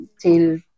till